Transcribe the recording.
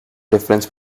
difference